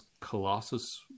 Colossus